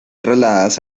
trasladados